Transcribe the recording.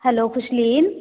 hello Khushleen